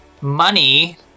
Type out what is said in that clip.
money